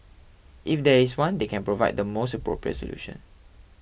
if there is one they can provide the most appropriate solution